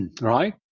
right